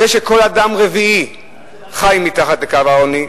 זה שכל אדם רביעי חי מתחת לקו העוני,